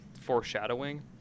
foreshadowing